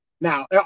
Now